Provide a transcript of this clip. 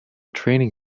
training